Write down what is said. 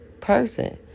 person